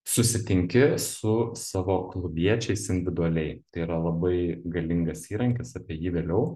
susitinki su savo klubiečiais individualiai tai yra labai galingas įrankis apie jį vėliau